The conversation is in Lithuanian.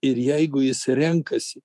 ir jeigu jis renkasi